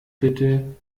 bitte